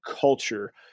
culture